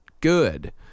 good